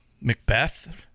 Macbeth